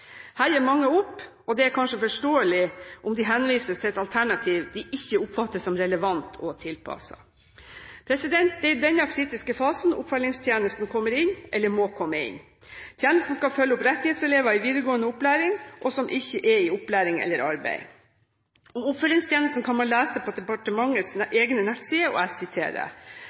Her gir mange opp, og det er kanskje forståelig om de henvises til et alternativ de ikke oppfatter som relevant og tilpasset. Det er i denne kritiske fasen oppfølgingstjenesten kommer inn, eller må komme inn. Tjenesten skal følge opp rettighetselever i videregående opplæring og som ikke er i opplæring eller arbeid. Om oppfølgingstjenesten kan man lese på departementets egne